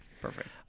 Perfect